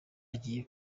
ugiye